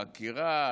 העקירה,